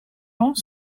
ans